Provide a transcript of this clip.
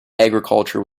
agriculture